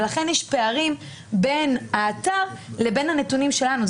לכן יש פערים בין האתר לבין הנתונים שלנו.